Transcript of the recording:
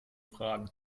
fragen